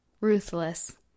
ruthless